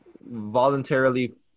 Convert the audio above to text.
voluntarily